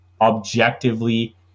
objectively